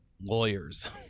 lawyers